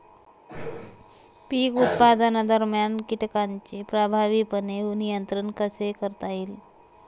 पीक उत्पादनादरम्यान कीटकांचे प्रभावीपणे नियंत्रण कसे करता येईल?